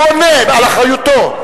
הוא עונה, על אחריותו.